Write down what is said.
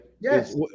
Yes